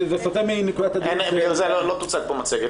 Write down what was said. זה סוטה מנושא הדיון שלנו.